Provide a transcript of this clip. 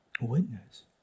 Witness